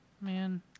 Man